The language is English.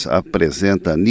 apresenta